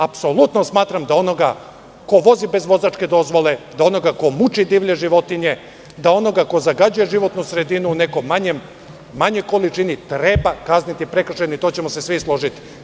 Apsolutno smatram da onoga ko vozi bez vozačke dozvole, da onoga ko muči divlje životinje, ko zagađuje životnu sredinu u nekoj manjoj količini treba kazniti i tu ćemo se svi složiti.